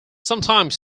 sometimes